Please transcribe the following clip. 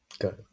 good